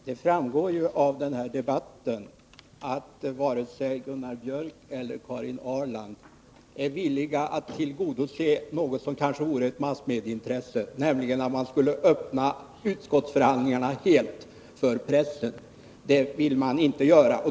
Herr talman! Det framgår av denna debatt att varken Gunnar Biörck i Värmdö eller Karin Ahrland är villig att tillgodose det som kanske skulle kunna vara ett massmedieintresse, nämligen att man helt skulle öppna utskottsförhandlingarna för pressen. Det vill de inte göra.